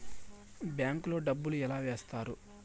bank లో డబ్బులు ఎలా వేస్తారు